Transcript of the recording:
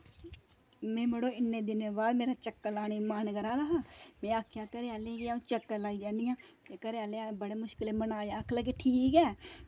में मड़ो इन्ने दिनें दे बाद चक्कर लाने ई मन करा दा हा में आक्खेआ घरै आह्लें गी कि अंऊ चक्कर लाई औनी आं घरै आह्लें गी बड़ी मुश्कल कन्नै मनाया आक्खन लग्गे ठीक ऐ